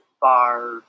bar